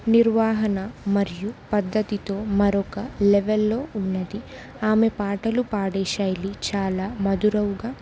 నిర్వాహణ మరియు పద్ధతితో మరొక లెవెల్లో ఉన్నది ఆమె పాటలు పాడే శైలి చాలా మధురముగా